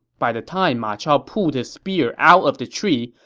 by the time ma chao pulled his spear out of the tree,